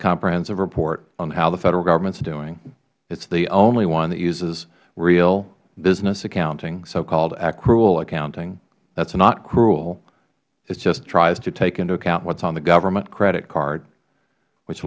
comprehensive report on how the federal government is doing it is the only one that uses real business accounting so called accrual accounting that is not cruel it just tries to take into account what is on the government credit card which